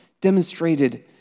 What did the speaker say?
demonstrated